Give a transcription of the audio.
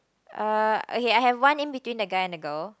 uh okay I have one in between the guy and the girl